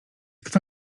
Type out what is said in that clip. kto